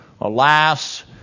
alas